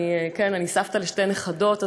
אני סבתא לשתי נכדות,